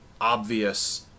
obvious